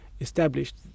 established